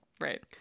Right